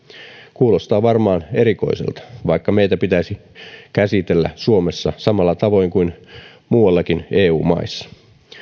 kuulostaa varmaan erikoiselta vaikka meitä pitäisi käsitellä suomessa samalla tavoin kuin muuallakin eu maissa